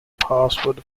password